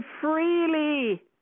freely